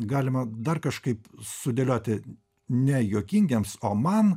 galima dar kažkaip sudėlioti ne juokingiems o man